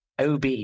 Ob